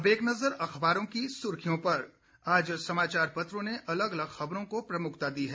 अब एक नज़र अखबारों की सुर्खियों पर आज समाचार पत्रों ने अलग अलग खबरों को प्रमुखता दी है